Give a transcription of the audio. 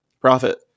profit